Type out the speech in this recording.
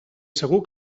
segur